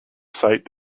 sight